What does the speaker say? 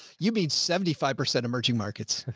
you mean seventy five percent emerging markets?